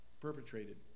perpetrated